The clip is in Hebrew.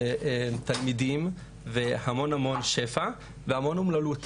עם תלמידים ועם המון שפע והמון אומללות.